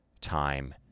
time